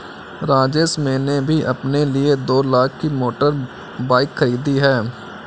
राजेश मैंने भी अपने लिए दो लाख की मोटर बाइक खरीदी है